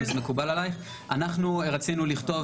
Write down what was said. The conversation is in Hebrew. תגידי בבקשה אם זה מקובל עליך: רצינו לכתוב,